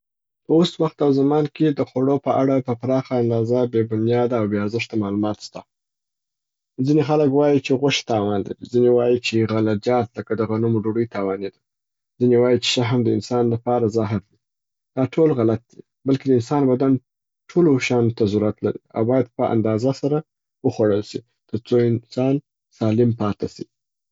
په اوس وخت او زمان کې د خوړو په اړه په پراخه اندازه بې بنیاده او بې ارزښته معلومات سته. ځیني خلګ وايي چې غوښي تاوان لري، ځیني وایي چې غله جات لکه د غنمو ډوډۍ تاواني ده، ځیني وايي چې شهم د انسان د پاره زهر دي. دا ټول غلط دي بلکی د انسان بدن ټولو شیانو ته ضرورت لري او باید په اندازه وخوړل سي تر څو انسان صالم پاته سي.